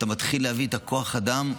אתה מתחיל להביא כוח אדם,